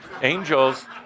Angels